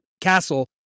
castle